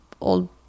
Old